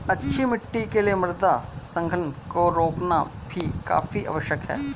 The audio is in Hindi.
अच्छी मिट्टी के लिए मृदा संघनन को रोकना भी काफी आवश्यक है